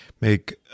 make